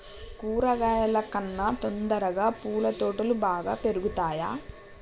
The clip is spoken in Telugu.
కూరగాయల కన్నా తొందరగా పూల తోటలు బాగా పెరుగుతయా?